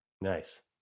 Nice